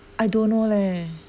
I don't know leh